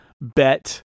bet